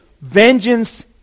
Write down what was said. Vengeance